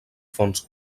fons